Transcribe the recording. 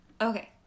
Okay